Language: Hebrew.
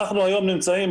אנחנו היום נמצאים,